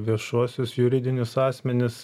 viešuosius juridinius asmenis